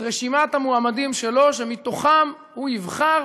את רשימת המועמדים שלו שמתוכם הוא יבחר